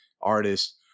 artists